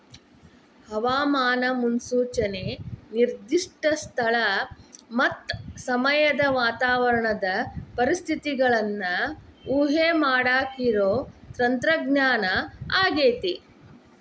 ಹವಾಮಾನ ಮುನ್ಸೂಚನೆ ನಿರ್ದಿಷ್ಟ ಸ್ಥಳ ಮತ್ತ ಸಮಯದ ವಾತಾವರಣದ ಪರಿಸ್ಥಿತಿಗಳನ್ನ ಊಹೆಮಾಡಾಕಿರೋ ತಂತ್ರಜ್ಞಾನ ಆಗೇತಿ